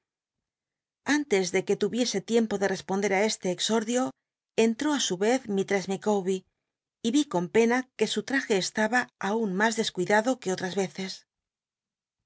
antes de que lu'icse tiempo de t'csponder á este exordio entró á su ez mistress micawbct y í con pena que su ttaje e taba aun mas descuidado cfue otras eces